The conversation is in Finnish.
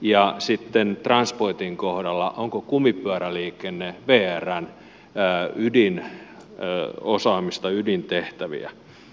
ja sitten transpointin kohdalla onko kumipyöräliikenne vrn ydinosaamista ydintehtäviä